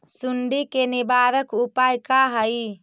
सुंडी के निवारक उपाय का हई?